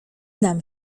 nam